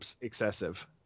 excessive